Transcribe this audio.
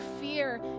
fear